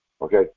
Okay